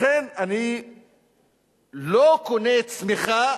לכן אני לא קונה צמיחה